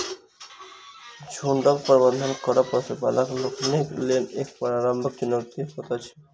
झुंडक प्रबंधन करब पशुपालक लोकनिक लेल एक प्रकारक चुनौती होइत अछि